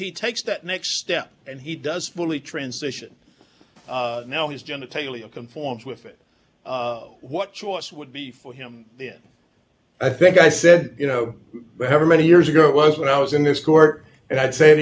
he takes that next step and he does fully transition now his genitalia conforms with it what choice would be for him then i think i said you know how many years ago it was when i was in this court and i say it